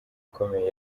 ikomeye